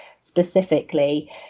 specifically